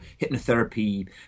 hypnotherapy